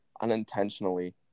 unintentionally